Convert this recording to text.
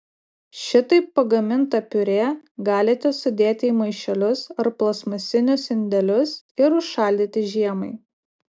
šitaip pagamintą piurė galite sudėti į maišelius ar plastmasinius indelius ir užšaldyti žiemai